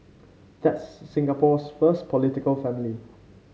that's Singapore's first political family